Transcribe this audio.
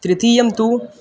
तृतीयं तु